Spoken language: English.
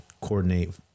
coordinate